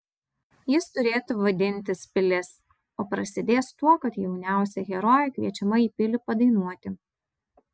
jis turėtų vadintis pilis o prasidės tuo kad jauniausia herojė kviečiama į pilį padainuoti